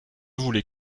voulais